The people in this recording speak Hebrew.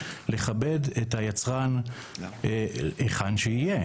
לכבד את היצרן היכן שיהיה,